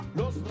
los